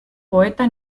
poeta